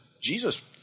Jesus